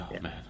man